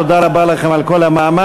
תודה רבה לכם על כל המאמץ.